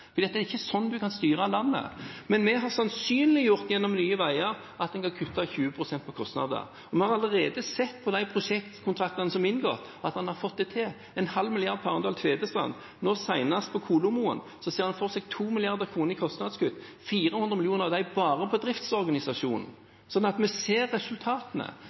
er ikke sånn man kan styre landet. Gjennom Nye Veier har vi sannsynliggjort at man kan kutte 20 pst. i kostnader. Vi har allerede sett ved de prosjektkontraktene som er inngått, at man har fått det til – en halv milliard kr på Arendal–Tvedestrand, og senest på Kolomoen–Moelv ser man for seg 2 mrd. kr i kostnadskutt, av dem 400 mill. kr bare på driftsorganisasjonen. Så vi ser resultatene,